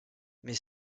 mais